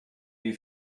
you